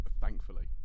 Thankfully